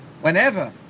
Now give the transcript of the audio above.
whenever